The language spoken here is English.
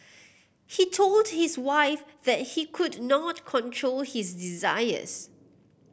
he told his wife that he could not control his desires